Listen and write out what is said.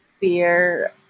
fear